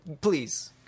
Please